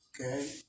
Okay